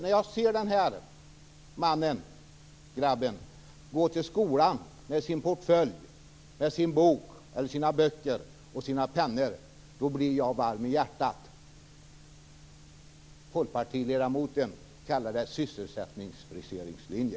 När jag ser den här grabben gå till skolan med sin portfölj med sina böcker och pennor i blir jag varm i hjärtat. Folkpartiledamoten kallar detta sysselsättningsfriseringslinje.